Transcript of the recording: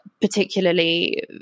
particularly